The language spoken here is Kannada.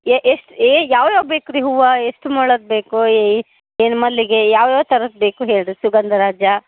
ಎ ಎಷ್ಟು ಏ ಯಾವ್ಯಾವ ಬೇಕು ರೀ ಹೂವು ಎಷ್ಟು ಮೊಳದ್ದು ಬೇಕು ಏನು ಮಲ್ಲಿಗೆ ಯಾವ್ಯಾವ ಥರದ್ ಬೇಕು ಹೇಳಿರಿ ಸುಗಂಧ ರಾಜ